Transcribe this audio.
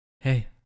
hey